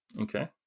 Okay